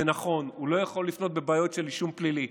זה נכון שהוא לא יכול לפנות בבעיות של אישום פלילי,